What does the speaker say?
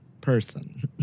person